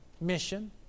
mission